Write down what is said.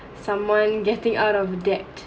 someone getting out of debt